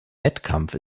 wettkampf